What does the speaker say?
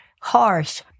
harsh